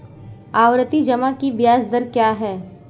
आवर्ती जमा की ब्याज दर क्या है?